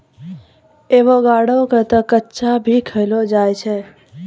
avocado क तॅ कच्चा भी खैलो जाय छै